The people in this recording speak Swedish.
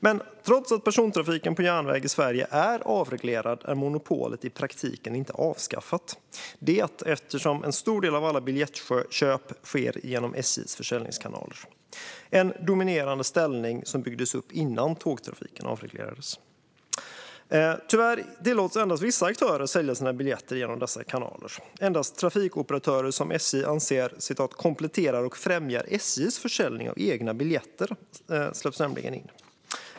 Men trots att persontrafiken på järnväg i Sverige är avreglerad är monopolet i praktiken inte avskaffat eftersom en stor del av alla biljettköp sker genom SJ:s försäljningskanaler. Det är en dominerande ställning som byggdes upp innan tågtrafiken avreglerades. Tyvärr tillåts endast vissa aktörer sälja sina biljetter genom dessa kanaler. Det är endast trafikoperatörer som SJ anser kompletterar och främjar SJ:s försäljning av egna biljetter som släpps in.